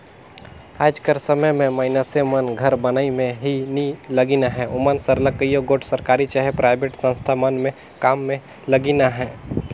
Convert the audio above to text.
आएज कर समे में मइनसे मन घर बनई में ही नी लगिन अहें ओमन सरलग कइयो गोट सरकारी चहे पराइबेट संस्था मन में काम में लगिन अहें